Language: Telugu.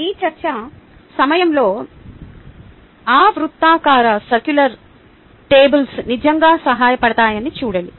ఈ చర్చ సమయంలో ఆ వృత్తాకార టేబుల్స్ నిజంగా సహాయపడతాయని చూడండి